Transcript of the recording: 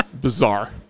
bizarre